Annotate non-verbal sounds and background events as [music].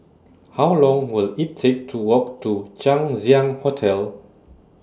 How Long [noise] Will IT Take to Walk to Chang Ziang Hotel